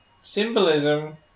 Symbolism